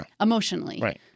emotionally